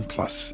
Plus